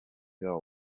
gold